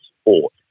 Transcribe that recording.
sport